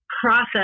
process